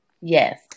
Yes